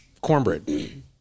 cornbread